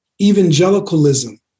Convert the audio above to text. evangelicalism